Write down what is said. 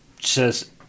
says